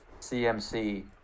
CMC